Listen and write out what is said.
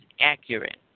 accurate